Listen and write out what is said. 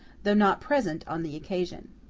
though not present on the occasion.